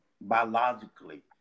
biologically